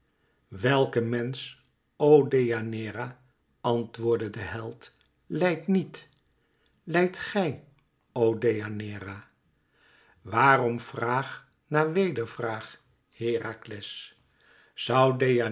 welke mensch o deianeira antwoordde de held lijdt niet lijdt gij o deianeira waarom vraag na wedervraag herakles